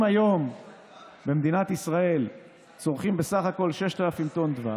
אם היום במדינת ישראל צורכים בסך הכול 6,000 טון דבש,